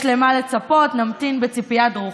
יש למה לצפות, נמתין בציפייה דרוכה.